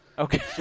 Okay